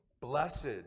Blessed